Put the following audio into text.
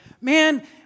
man